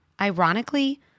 Ironically